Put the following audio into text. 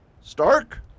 Stark